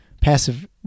passive